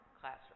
classroom